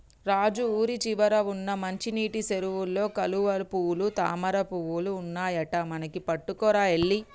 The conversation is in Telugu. రాజు ఊరి చివర వున్న మంచినీటి సెరువులో కలువపూలు తామరపువులు ఉన్నాయట మనకి పట్టుకురా ఎల్లి